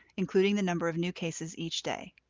including the number of new cases each day.